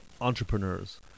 entrepreneurs